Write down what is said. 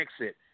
Exit